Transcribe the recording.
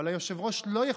היושב-ראש ביקש,